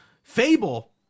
fable